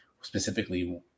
specifically